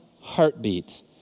heartbeat